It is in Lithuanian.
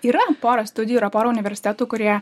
yra pora studijų yra pora universitetų kurie